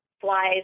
flies